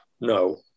No